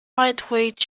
lightweight